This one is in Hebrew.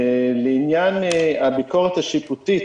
לעניין הביקורת השיפוטית.